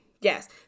yes